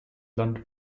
land